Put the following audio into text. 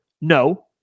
No